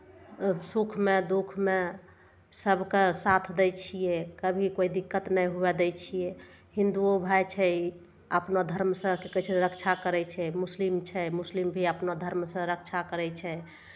सुखमे दुःखमे सभके साथ दै छियै कभी कोइ दिक्कत नहि हुए दै छियै हिंदूओ भाय छै अपना धर्मसँ की कहै छै रक्षा करै छै मुस्लिम छै मुस्लिम भी अपना धर्मसँ रक्षा करै छै